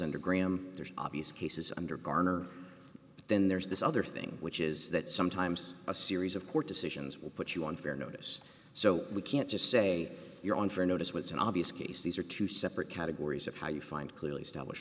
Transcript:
under graham there's obvious cases under garner but then there's this other thing which is that sometimes a series of court decisions will put you on fair notice so we can't just say you're unfair notice what's an obvious case these are two separate categories of how you find clearly establish